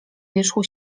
wierzchu